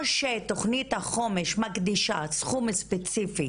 או שתוכנית החומש מקדישה סכום ספציפי